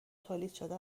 تولیدشده